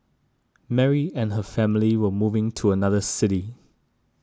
Mary and her family were moving to another city